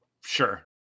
Sure